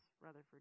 Rutherford